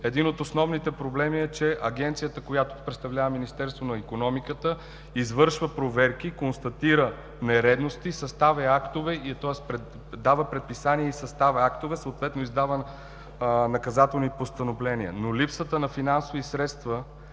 един от основните проблеми е, че агенцията, която представлява Министерство на икономиката, извършва проверки, констатира нередности, дава предписания и съставя актове, съответно издава наказателни постановления, но липсата на финансови средства,